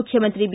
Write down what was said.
ಮುಖ್ಯಮಂತ್ರಿ ಬಿ